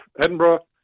Edinburgh